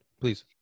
please